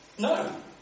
No